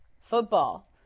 football